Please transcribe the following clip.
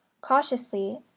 Cautiously